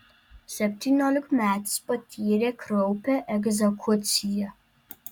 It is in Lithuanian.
septyniolikmetis patyrė kraupią egzekuciją